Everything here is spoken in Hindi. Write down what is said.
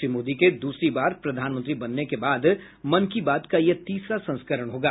श्री मोदी के द्रसरी बार प्रधानमंत्री बनने के बाद मन की बात का यह तीसरा संस्करण होगा